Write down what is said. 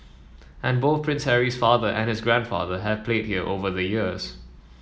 and both Prince Harry's father and his grandfather have played here over the years